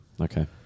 Okay